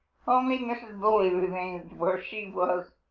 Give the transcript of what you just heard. only mrs. bully remained where she was,